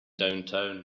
downtown